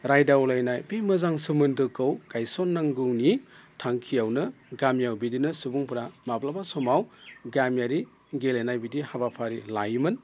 रायदावलायनाय बे मोजां सोमोन्दोखौ गायसननांगौनि थांखियावनो गामियाव बिदिनो सुबुंफोरा माब्लाबा समाव गामियारि गेलेनाय बिदि हाबाफारि लायोमोन